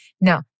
No